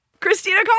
Christina